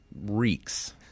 reeks